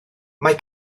mae